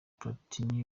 platini